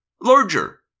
larger